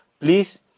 please